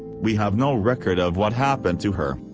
we have no record of what happened to her.